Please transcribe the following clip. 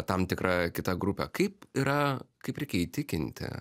tam tikra kita grupė kaip yra kaip reikia įtikinti